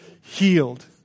healed